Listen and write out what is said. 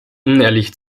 unehrlich